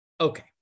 Okay